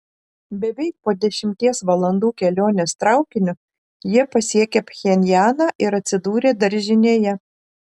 beveik po dešimties valandų kelionės traukiniu jie pasiekė pchenjaną ir atsidūrė daržinėje